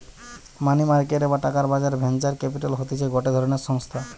মানি market বা টাকার বাজার ভেঞ্চার ক্যাপিটাল হতিছে গটে ধরণের সংস্থা